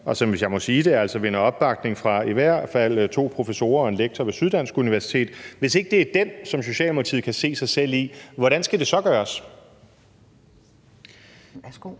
hvis jeg må sige det, altså vinder opbakning fra i hvert fald to professorer og en lektor ved Syddansk Universitet, er den, som Socialdemokratiet kan se sig selv i, hvordan skal det så gøres? Kl.